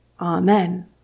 Amen